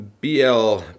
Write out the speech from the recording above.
BL